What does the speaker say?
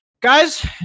Guys